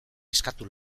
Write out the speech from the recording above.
eskatu